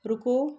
रुको